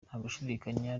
ntagushidikanya